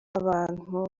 abantu